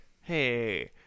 Hey